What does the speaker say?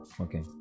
okay